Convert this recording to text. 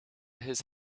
his